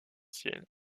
ciel